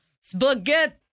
Spaghetti